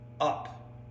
up